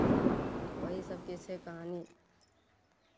ओही सभके छै कहानी